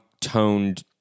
toned